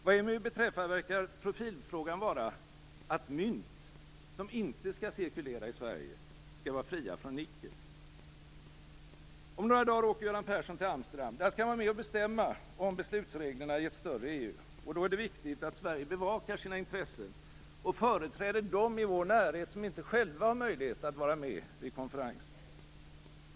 Vad EMU beträffar verkar profilfrågan vara att mynt, som inte skall cirkulera i Sverige, skall vara fria från nickel. Om några dagar åker Göran Persson till Amsterdam, där han skall vara med och bestämma om beslutsreglerna i ett större EU. Då är det viktigt att Sverige bevakar sina intressen och företräder dem i vår närhet som inte själva har möjlighet att vara med vid konferensen.